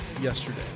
yesterday